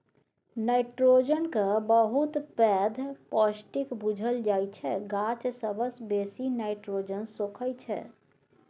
nitrogen केँ बहुत पैघ पौष्टिक बुझल जाइ छै गाछ सबसँ बेसी नाइट्रोजन सोखय छै